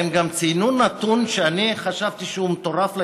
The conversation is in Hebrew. הם גם ציינו נתון שאני חשבתי שהוא מטורף לגמרי: